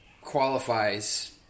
qualifies